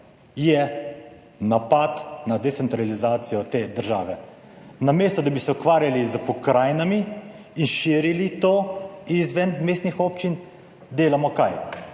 je napad na decentralizacijo te države. Namesto, da bi se ukvarjali s pokrajinami in širili to izven mestnih občin, delamo kaj?